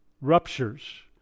ruptures